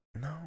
No